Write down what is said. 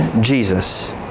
Jesus